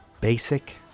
basic